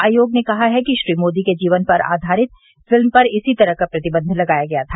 आयोग ने कहा है कि श्री मोदी के जीवन पर आधारित फिल्म पर इसी तरह का प्रतिबंध लगाया गया था